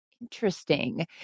Interesting